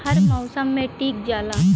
हर मउसम मे टीक जाला